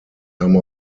some